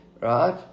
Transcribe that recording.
right